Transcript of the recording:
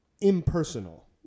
impersonal